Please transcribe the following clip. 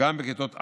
גם בכיתות א'